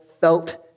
felt